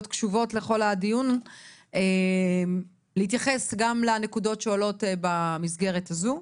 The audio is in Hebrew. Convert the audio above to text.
קשובות לכל הדיון ולהתייחס גם לנקודות שעולות במסגרת הזו.